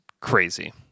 crazy